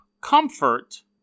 Comfort